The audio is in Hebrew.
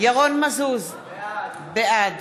ירון מזוז, בעד